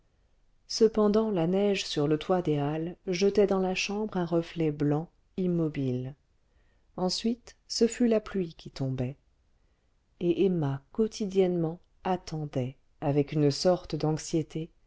cependant la neige sur le toit des halles jetait dans la chambre un reflet blanc immobile ensuite ce fut la pluie qui tombait et emma quotidiennement attendait avec une sorte d'anxiété